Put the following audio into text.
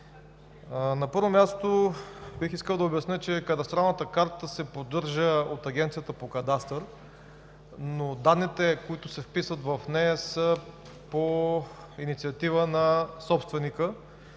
На първо място, бих искал да обясня, че кадастралната карта се поддържа от Агенцията по кадастър, но данните, които се вписват в нея, са по инициатива на собственика